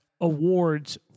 awards